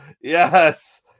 Yes